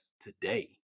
today